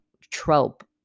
trope